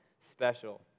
special